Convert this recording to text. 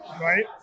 Right